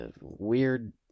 weird